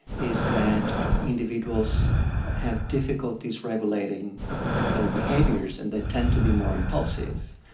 is that individuals have difficulties regulating their behaviours and they tend to be more impulsive,